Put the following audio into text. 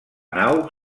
nau